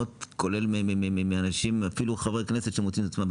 כולל מאנשים אפילו חברי כנסת שמוצאים את עצמם,